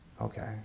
Okay